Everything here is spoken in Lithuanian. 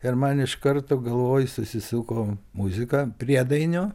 ir man iš karto galvoj susisuko muzika priedainio